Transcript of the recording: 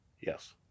Yes